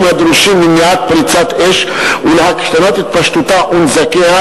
הדרושים למניעת פריצת אש ולהקטנת התפשטותה ונזקיה,